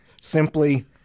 simply